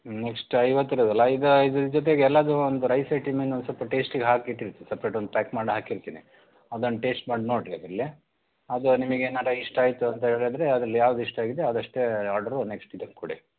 ಹ್ಞೂ ನೆಕ್ಸ್ಟ್ ಐವತ್ತರದ್ದಲ್ಲಾ ಇದು ಇದ್ರ ಜೊತೆಗೆ ಎಲ್ಲದೂ ಒಂದು ರೈಸ್ ಐಟಮ್ ಇನ್ನೊಂದು ಸ್ವಲ್ಪ ಟೇಸ್ಟಿಗೆ ಹಾಕಿಟ್ಟಿರ್ತೀನಿ ಸಪ್ರೇಟ್ ಒಂದು ಪ್ಯಾಕ್ ಮಾಡಿ ಹಾಕಿರ್ತೀನಿ ಅದನ್ನ ಟೇಸ್ಟ್ ಮಾಡಿ ನೋಡಿರಿ ಅದರಲ್ಲಿ ಅದು ನಿಮಗೇನಾರು ಇಷ್ಟ ಆಯಿತು ಅಂತ ಹೇಳಿದ್ರೆ ಅದ್ರಲ್ಲಿ ಯಾವ್ದು ಇಷ್ಟ ಆಗಿದೆಯೋ ಅದಷ್ಟೇ ಆರ್ಡ್ರು ನೆಕ್ಸ್ಟ್ ಇದಕ್ಕೆ ಕೊಡಿ